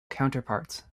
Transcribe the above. counterparts